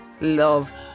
love